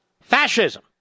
Fascism